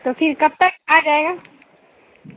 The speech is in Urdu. تو پھر کب تک آ جائے گا